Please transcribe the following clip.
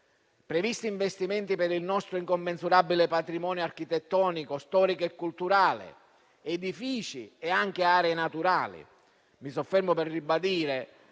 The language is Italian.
previsti investimenti per il nostro incommensurabile patrimonio architettonico, storico e culturale (edifici e anche aree naturali). Ribadisco